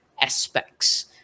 aspects